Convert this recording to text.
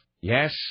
yes